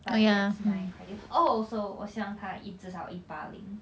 but that's my criteria oh also 我喜欢他一至少一八零